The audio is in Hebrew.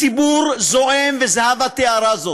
הציבור זועם, וזהבה תיארה זאת,